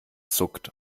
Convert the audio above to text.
zuckt